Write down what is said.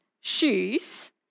shoes